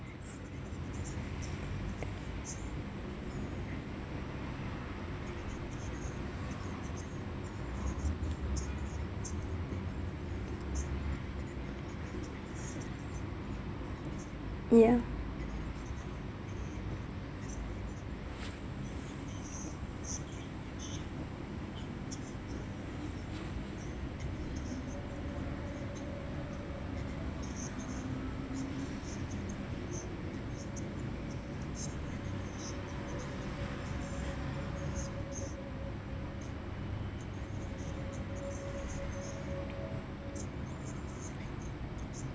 yeah